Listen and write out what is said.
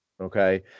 Okay